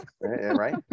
Right